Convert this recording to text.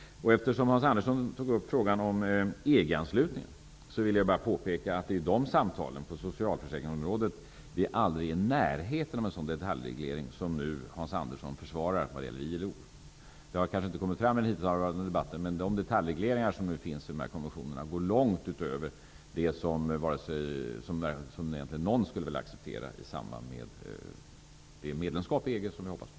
Eftersom Hans Andersson tog upp frågan om EG anslutningen, vill jag bara påpeka att i de samtalen på socialförsäkringsområdet är vi aldrig i närheten av en sådan detaljreglering som Hans Andersson nu försvarar vad gäller ILO. Det har kanske inte kommit fram i den hittillsvarande debatten, men de detaljregleringar som finns i dessa konventioner går långt utöver vad någon egentligen skulle acceptera i samband med det medlemskap i EG som vi hoppas på.